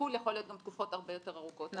החו"ל יכול להיות גם תקופות הרבה יותר ארוכות.